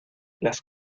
las